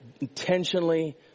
intentionally